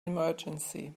emergency